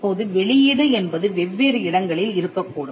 இப்போது வெளியீடு என்பது வெவ்வேறு இடங்களில் இருக்கக்கூடும்